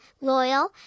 loyal